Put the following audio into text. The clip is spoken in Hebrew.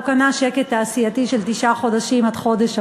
הוא קנה שקט תעשייתי של תשעה חודשים עד חודש אפריל.